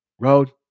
Road